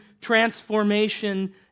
transformation